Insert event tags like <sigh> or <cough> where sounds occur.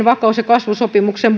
<unintelligible> vakaus ja kasvusopimuksen <unintelligible>